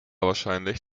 wahrscheinlich